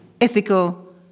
ethical